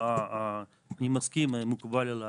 אני מסכים, מקובל עליי.